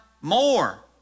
more